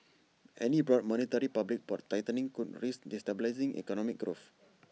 any broad monetary policy tightening could risk destabilising economic growth